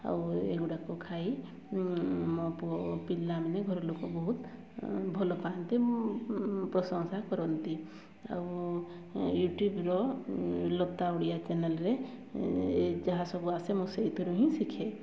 ଆଉ ଏଇ ଗୁଡ଼ାକୁ ଖାଇ ମୋ ପିଲାମାନେ ଘର ଲୋକ ବହୁତ ଭଲ ପାଆନ୍ତି ମୁଁ ପ୍ରଶଂସା କରନ୍ତି ଆଉ ୟୁଟ୍ୟୁବର ଲତା ଓଡ଼ିଆ ଚ୍ୟାନେଲ୍ରେ ଏ ଯାହା ସବୁ ଆସେ ମୁଁ ସେଇଥିରୁ ହିଁ ଶିଖେ